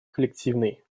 коллективной